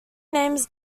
names